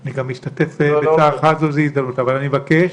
אני גם משתתף בצערך, אבל אני מבקש